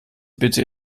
bitte